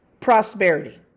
prosperity